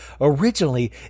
Originally